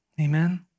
Amen